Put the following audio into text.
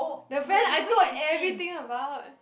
the friend I told everything about